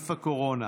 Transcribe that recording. לנגיף הקורונה